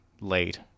late